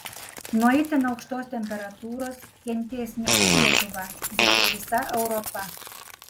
nuo itin aukštos temperatūros kentės ne tik lietuva bet ir visa europa